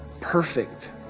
Perfect